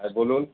হ্যাঁ বলুন